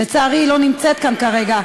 לצערי, היא לא נמצאת כאן כרגע.